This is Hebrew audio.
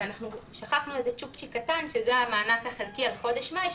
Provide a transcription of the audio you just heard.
אנחנו שכחנו צ'ופצ'יק קטן שזה המענק החלקי על חודש מאי,